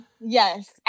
Yes